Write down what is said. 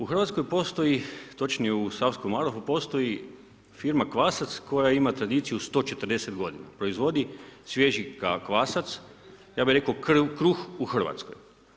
U Hrvatskoj postoji, točnije u Savskom Marofu postoji firma Kvasac koja ima tradiciju 140 godine, proizvodi svježi kvasac, ja bih rekao, kruh u Hrvatskoj.